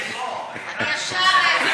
מסעוד,